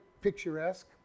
picturesque